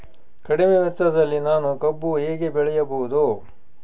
ಕಡಿಮೆ ವೆಚ್ಚದಲ್ಲಿ ನಾನು ಕಬ್ಬು ಹೇಗೆ ಬೆಳೆಯಬಹುದು?